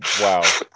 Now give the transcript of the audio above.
wow